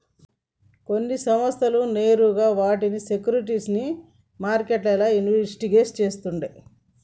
కొన్ని సంస్థలు నేరుగా వాటి సేక్యురిటీస్ ని మార్కెట్లల్ల ఇన్వెస్ట్ చేస్తుండే